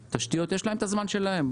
התשתיות, יש להן את הזמן שלהן.